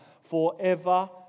forever